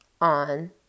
on